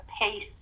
pace